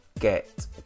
get